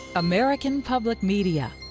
american public media